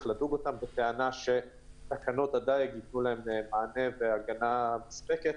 לדוג אותם בטענה שתקנות הדייג ייתנו להם מענה והגנה מספקת.